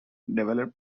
developed